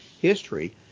history